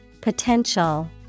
Potential